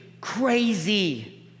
crazy